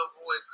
avoid